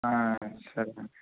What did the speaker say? సరే